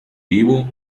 vivo